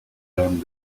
came